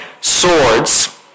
swords